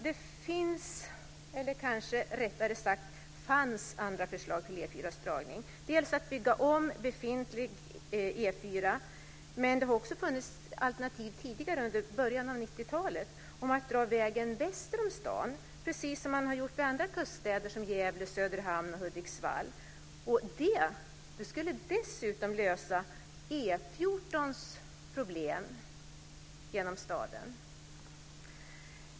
Det finns, eller kanske rättare sagt fanns, andra förslag till dragningen av E 4. Bl.a. var det att bygga om befintlig E 4. Men det har funnits alternativ från början av 90-talet om att dra vägen väster om staden, precis som man har gjort vid andra kuststäder som Gävle, Söderhamn och Hudiksvall. Det skulle dessutom lösa problemet med dragningen av E 14 genom staden.